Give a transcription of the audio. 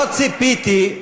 לא צפיתי,